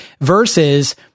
versus